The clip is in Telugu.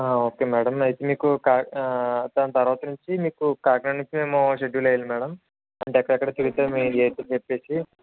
ఓకే మేడం అయితే మీకు దాని తరువాత నుంచి మీకు కాకినాడ నుంచి మేము షెడ్యూల్ వేయాలి మేడం అంటే ఎక్కడెక్కడ తిరుగుతారు అని చెప్పేసి